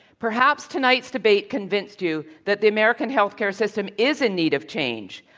perhaps tonight's debate convinced you that the american healthcare system is in need of change.